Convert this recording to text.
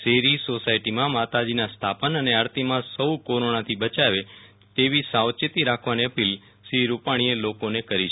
શેરી સોસાયટીમાં માતાજીના સ્થાપન અને આરતીમાં સૌ કોરોનાથી બયાવે તેવી સાવચેતી રાખવાની અપીલ શ્રી રૂપાણીએ લોકોને કરી છે